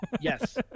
Yes